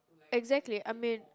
exactly I mean